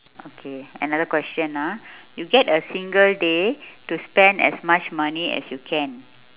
okay another question ah you get a single day to spend as much money as you can